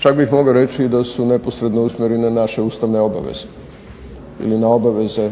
Čak bih mogao reći da su neposredno usmjerene naše ustavne obaveze ili na obaveze,